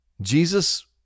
Jesus